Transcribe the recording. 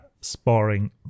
sparring